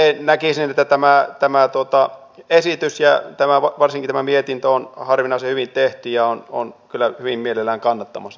itse näkisin että tämä esitys ja varsinkin tämä mietintö on harvinaisen hyvin tehty ja olen kyllä hyvin mielelläni kannattamassa tätä mietintöä